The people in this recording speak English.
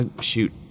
shoot